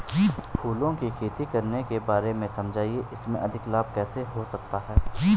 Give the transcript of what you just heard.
फूलों की खेती करने के बारे में समझाइये इसमें अधिक लाभ कैसे हो सकता है?